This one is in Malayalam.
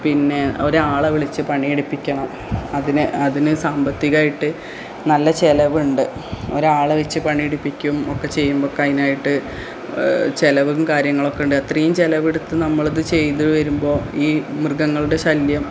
പിന്നെ ഒരാളെ വിളിച്ച് പണി എടുപ്പിക്കണം അതിന് അതിന് സമ്പത്തികായിട്ട് നല്ല ചിലവുണ്ട് ഒരാളെ വച്ച് പണിയെടുപ്പിക്കും ഒക്കെ ചെയ്യുമ്പോഴൊക്കെ അതിനായിട്ട് ചിലവും കാര്യങ്ങളുമൊക്കെയുണ്ട് അത്രയും ചെലവെടുത്ത് നമ്മൾ ഇത് ചെയ്തു വരുമ്പോൾ ഈ മൃഗങ്ങളുടെ ശല്യം